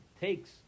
takes